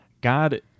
God